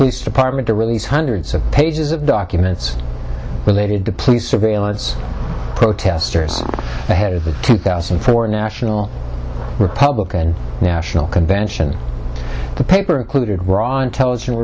police department to release hundreds of pages of documents related to police surveillance protesters ahead of the two thousand and four national republican national convention the paper included raw intelligence